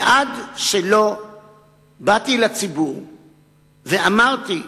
ועד שלא באתי לציבור ואמרתי,